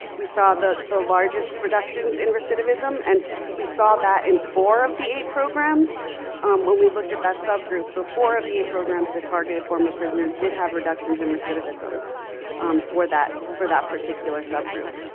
we saw the the largest reductions in recidivism and we saw that in four of the eight programs when we looked at that subgroup. so four of the eight programs that targeted former prisoners did have reductions in recidivism for that for that particular subgroup.